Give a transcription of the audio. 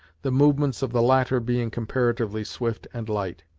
the movements of the latter being comparatively swift and light.